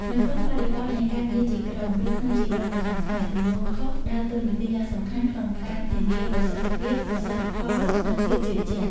នៅក្នុងបរិបទនៃការងារជាក្រុម ឬក្នុងជីវិតប្រចាំថ្ងៃ ទំនួលខុសដើរតួនាទីយ៉ាងសំខាន់ក្នុងការធានាប្រសិទ្ធភាព ប្រសិទ្ធផល និងភាពជឿជាក់។